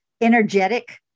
energetic